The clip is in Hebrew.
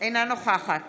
אינה נוכחת